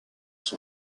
son